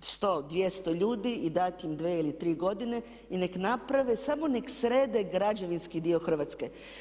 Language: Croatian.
100, 200 ljudi i dati im dvije ili tri godine i nek naprave, samo nek srede građevinski dio Hrvatske.